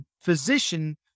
physician